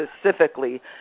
specifically